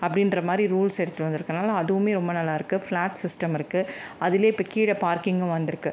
அப்படின்ற மாதிரி ரூல்ஸ் எடுத்துகிட்டு வந்திருக்கனால அதுவுமே ரொம்ப நல்லா இருக்குது ஃப்ளாட் சிஸ்டம் இருக்குது அதிலே இப்போ கீழே பார்க்கிங்கும் வந்திருக்கு